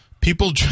People